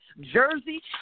Jersey